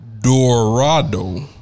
Dorado